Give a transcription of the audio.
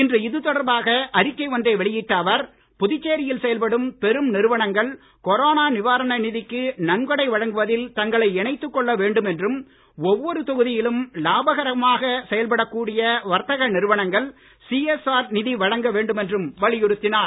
இன்று இது தொடர்பாக அறிக்கை ஒன்றை வெளியிட்ட அவர் புதுச்சேரியில் செயல்படும் பெரும் நிறுவனங்கள் கொரோனா நிவாரண நிதிக்கு நன்கொடை வழங்குவதில் தங்களை இணைத்துக் கொள்ள வேண்டும் என்றும் ஒவ்வொரு தொகுதியிலும் லாபகரமாக செயல்படக் கூடிய வர்த்தக நிறுவனங்கள் சிஎஸ்ஆர் நிதி வழங்க வேண்டும் என்றும் வலியுறுத்தினார்